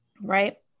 right